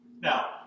now